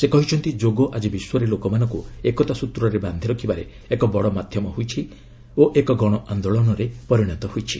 ସେ କହିଛନ୍ତି ଯୋଗ ଆଜି ବିଶ୍ୱରେ ଲୋକମାନଙ୍କୁ ଏକତା ସୂତ୍ରରେ ବାନ୍ଧି ରଖିବାରେ ଏକ ବଡ଼ ମାଧ୍ୟମ ହୋଇଛି ଓ ଏକ ଗଣ ଆନ୍ଦୋଳନରେ ପରିଣତ ହୋଇଛି